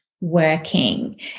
working